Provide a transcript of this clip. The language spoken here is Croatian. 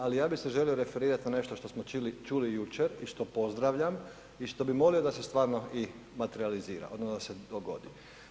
Ali ja bih se želio referirati na nešto što smo čuli jučer i što pozdravljam i što bih molio da se stvarno i materijalizira odnosno da se dogodi.